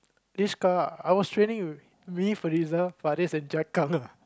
this car I was with me Firza Fariz and Jia Kang ah